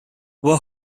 were